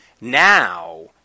now